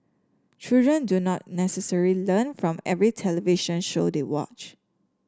children do not necessarily learn from every television show they watch